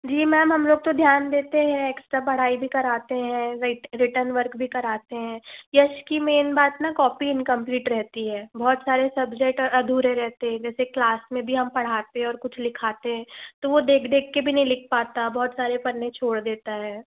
जी ma'am हम लोग तो ध्यान देते हैं एक्स्ट्रा पढ़ाई भी कराते हैं रिटर्न वर्क भी कराते हैं यश की मेन बात ना कॉपी इन्कम्प्लीट रहती है बहुत सारे सब्जेक्ट अधूरे रहते हैं जैसे क्लास में भी हम पढ़ाते हैं और कुछ लिखाते हैं तो वो देख देख के भी नहीं लिख पाता बहुत सारे पन्ने छोड़ देता है